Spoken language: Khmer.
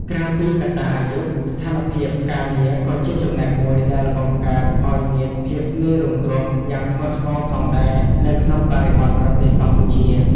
ក្រៅពីកត្តាអាយុ ស្ថានភាពការងារក៏ជាចំណែកមួយដែលបង្កើតឱ្យមានភាពងាយរងគ្រោះយ៉ាងធ្ងន់ធ្ងរផងដែរនៅក្នុងបរិបទប្រទេសកម្ពុជា។